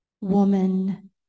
woman